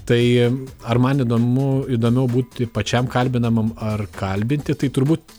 tai ar man įdomu įdomiau būti pačiam kalbinamam ar kalbinti tai turbūt